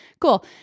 cool